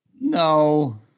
No